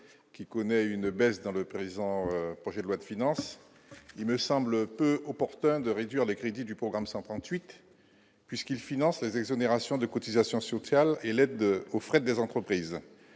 qui connaît une baisse dans le présent projet de loi de finances, il me semble opportun de réduire les crédits du programme 138 puisqu'il finance les exonérations de cotisations sur Canal et l'aide aux frais des entreprises,